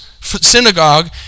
synagogue